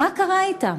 מה קרה אתם?